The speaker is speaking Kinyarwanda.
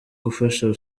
gufasha